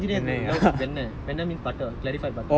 err take some you know err வெண் வெண்ணெய்:ven vennai